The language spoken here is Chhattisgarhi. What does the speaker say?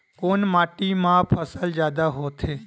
कोन माटी मा फसल जादा होथे?